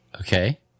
Okay